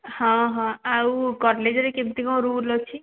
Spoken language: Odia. ହଁ ହଁ ଆଉ କଲେଜ୍ରେ କେମିତି କ'ଣ ରୁଲ୍ ଅଛି